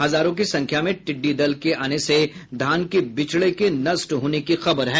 हजारों की संख्या में टिड्डी दल के आने से धान के बिचड़े के नष्ट होने की खबर है